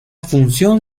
función